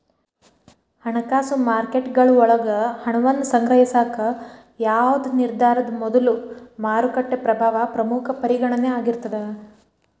ಹಣಕಾಸು ಮಾರುಕಟ್ಟೆಗಳ ಒಳಗ ಹಣವನ್ನ ಸಂಗ್ರಹಿಸಾಕ ಯಾವ್ದ್ ನಿರ್ಧಾರದ ಮೊದಲು ಮಾರುಕಟ್ಟೆ ಪ್ರಭಾವ ಪ್ರಮುಖ ಪರಿಗಣನೆ ಆಗಿರ್ತದ